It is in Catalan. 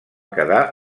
quedar